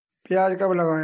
प्याज कब लगाएँ?